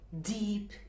deep